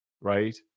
right